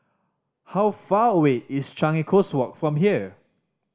how far away is Changi Coast Walk from here